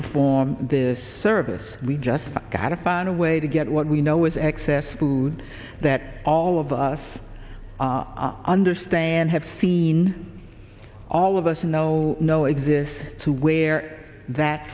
perform this service we just gotta find a way to get what we know is excess food that all of us understand have seen all of us know no exist to where that